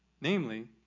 namely